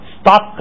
stop